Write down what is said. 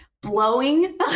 blowing